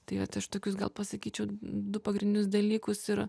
tai vat aš tokius gal pasakyčiau du pagrindinius dalykus ir